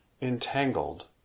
entangled